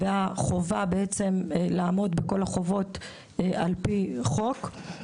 והחובה לעמוד בכל החובות על פי חוק; ד',